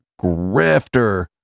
grifter